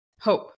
hope